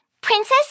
Princess